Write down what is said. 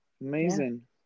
amazing